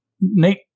Nate